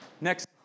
Next